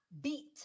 beat